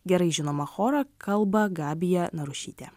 gerai žinoma chorą kalba gabija narušytė